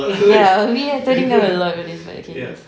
ya we are toning down a lot for this but okay